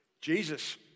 Jesus